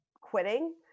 quitting